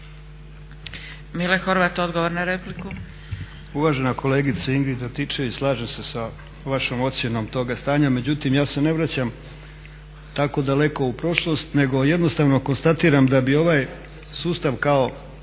Mile Horvat, odgovor na repliku.